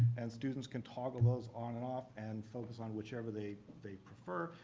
and students can toggle those on and off and focus on whichever they they prefer.